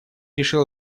решил